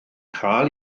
cael